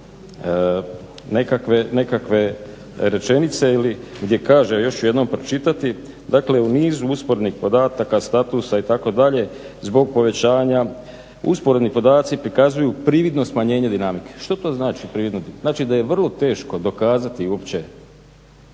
nekakve rečenice gdje kaže, evo još ću jednom pročitati, dakle "u nizu usporednih podataka, statusa itd. zbog povećanja usporedni podaci prikazuju prividno smanjenje dinamike". Što to znači prividno? Znači da je vrlo teško dokazati uopće